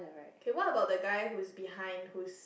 okay what about the guy who's behind whose